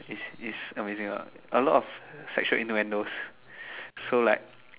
it's it's amazing ah a lot of sexual innuendos so like